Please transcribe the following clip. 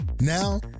Now